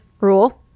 rule